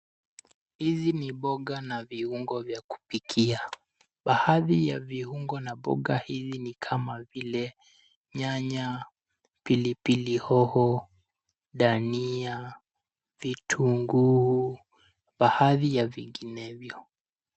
Hizi ni mboga na viungo vya kupikia. Baadhi ya viungo na mboga hivi ni kama vile nyanya, pilipili hoho, dania, vitunguu baadhi ya vinginevyo.